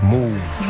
Move